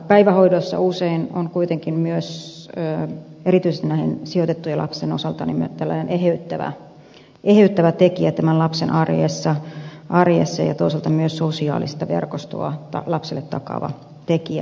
päivähoito usein on kuitenkin myös erityisesti näiden sijoitettujen lapsien osalta tällainen eheyttävä tekijä tämän lapsen arjessa ja toisaalta myös sosiaalista verkostoa lapselle takaava tekijä